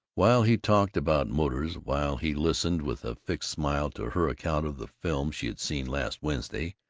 while he talked about motors, while he listened with a fixed smile to her account of the film she had seen last wednesday,